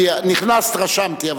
כי נכנסת, רשמתי.